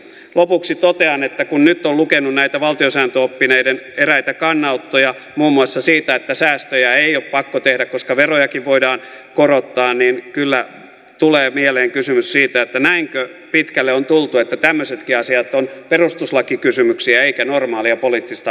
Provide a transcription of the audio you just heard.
lopuksi totean että kun nyt on lukenut näitä valtiosääntöoppineiden eräitä kannanottoja muun muassa siitä että säästöjä ei ole pakko tehdä koska verojakin voidaan korottaa niin kyllä tulee mieleen kysymys siitä että näinkö pitkälle on tultu että tämmöisetkin asiat ovat perustuslakikysymyksiä eivätkä normaalia poliittista harkintaa